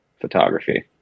photography